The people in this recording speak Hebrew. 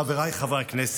חבריי חברי הכנסת,